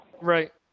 Right